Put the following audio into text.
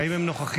האם הם נוכחים?